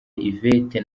yvette